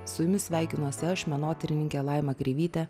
su jumis sveikinuosi aš menotyrininkė laima kreivytė